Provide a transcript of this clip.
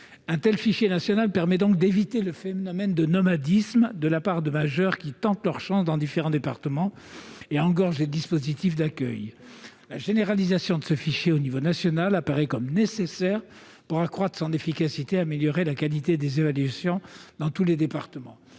Un tel fichier national permet d'éviter le phénomène de nomadisme de la part de majeurs qui tentent leur chance dans différents départements et engorgent les dispositifs d'accueil. La généralisation de ce fichier au niveau national apparaît comme nécessaire pour accroître son efficacité et améliorer la qualité des évaluations dans tous les départements.